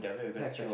have have